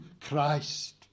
Christ